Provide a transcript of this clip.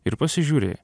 ir pasižiūri